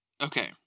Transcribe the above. okay